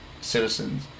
citizens